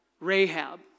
Rahab